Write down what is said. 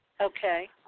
Okay